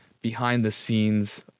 behind-the-scenes